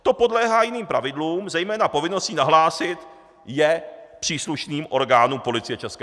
To podléhá jiným pravidlům, zejména povinnosti nahlásit je příslušným orgánům Policie ČR.